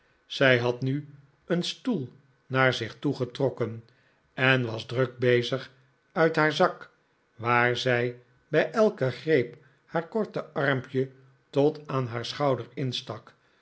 zij had nu een stoel naar zich toe getrokken en was druk bezig uit haar zak waar zij bij elken greep haar korte armpje tot aan haar schouder instak